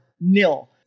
nil